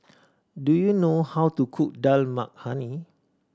do you know how to cook Dal Makhani